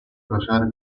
crociata